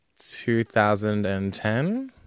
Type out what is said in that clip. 2010